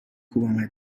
کوبمت